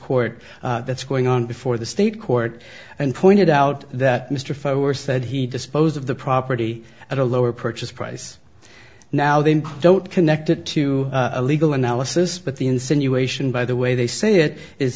court that's going on before the state court and pointed out that mr foer said he disposed of the property at a lower purchase price now they don't connect it to a legal analysis but the insinuation by the way they say it is